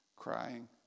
crying